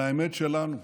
על האמת שלנו.